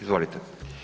Izvolite.